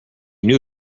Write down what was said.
knew